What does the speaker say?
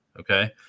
Okay